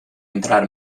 entrar